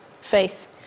faith